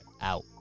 Out